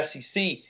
SEC